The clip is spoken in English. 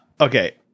Okay